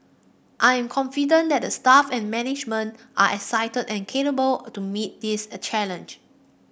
I am confident that the staff and management are excited and capable to meet this challenge